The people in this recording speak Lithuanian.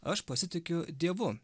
aš pasitikiu dievu